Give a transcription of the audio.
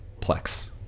Plex